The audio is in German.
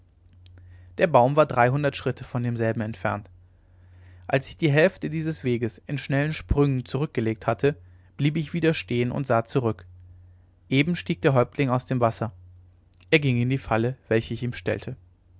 der baum war dreihundert schritte von demselben entfernt als ich die hälfte dieses weges in schnellen sprüngen zurückgelegt hatte blieb ich wieder stehen und sah zurück eben stieg der häuptling aus dem wasser er ging in die falle welche ich ihm stellte